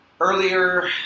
earlier